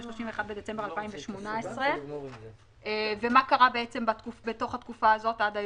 הוא 31 בדצמבר 2018. מה קרה בתוך בתקופה הזאת עד היום?